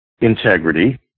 integrity